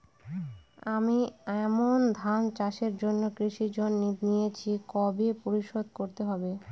আমি আমন ধান চাষের জন্য কৃষি ঋণ নিয়েছি কবে পরিশোধ করতে হবে?